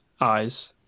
eyes